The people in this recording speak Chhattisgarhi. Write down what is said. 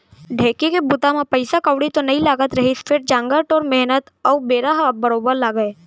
ढेंकी के बूता म पइसा कउड़ी तो नइ लागत रहिस फेर जांगर टोर मेहनत अउ बेरा ह बरोबर लागय